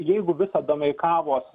jeigu visa domeikavos